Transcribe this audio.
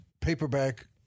paperback